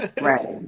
Right